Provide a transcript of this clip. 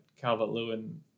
Calvert-Lewin